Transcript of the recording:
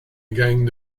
gang